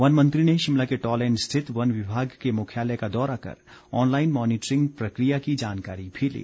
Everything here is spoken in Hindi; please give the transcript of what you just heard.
वन मंत्री ने शिमला के टालैंड स्थित वन विभाग के मुख्यालय का दौरा कर ऑनलाईन मॉनीटरिंग प्रक्रिया की जानकारी भी ली